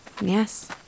Yes